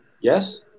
Yes